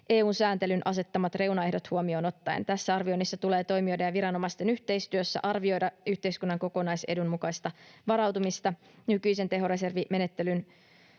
EU:n sääntelyn asettamat reunaehdot huomioon ottaen. Tässä arvioinnissa tulee toimijoiden ja viranomaisten yhteistyössä arvioida yhteiskunnan kokonaisedun mukaista varautumista, nykyisen tehoreservimenettelyn